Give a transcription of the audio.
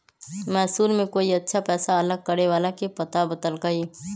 मैसूर में कोई अच्छा पैसा अलग करे वाला के पता बतल कई